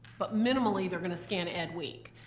but minimally, they're gonna scan ed week.